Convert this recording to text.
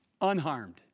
unharmed